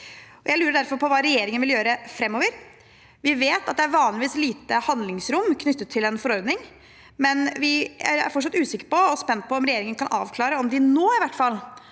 Jeg lurer derfor på hva regjeringen vil gjøre framover. Vi vet at det vanligvis er lite handlingsrom knyttet til en forordning, men vi er fortsatt usikre og spente på om regjeringen kan avklare om de i hvert fall